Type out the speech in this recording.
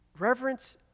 Reverence